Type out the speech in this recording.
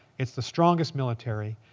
it's the strongest military.